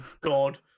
God